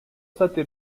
stati